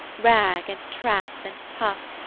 rag and trap and tuff,